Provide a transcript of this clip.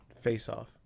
face-off